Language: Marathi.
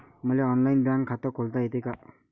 मले ऑनलाईन बँक खात खोलता येते का?